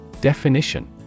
Definition